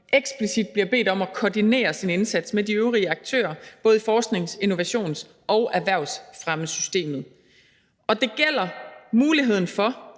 eksplicit bliver bedt om at koordinere sin indsats med de øvrige aktører både i forsknings-, innovations- og erhvervsfremmesystemet. Det gælder muligheden for,